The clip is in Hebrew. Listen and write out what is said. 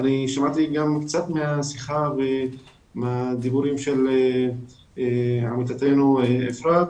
שמעתי גם קצת את דבריה של עמיתתנו אפרת,